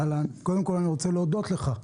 קודם כל אני רוצה להודות לך.